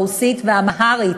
רוסית ואמהרית,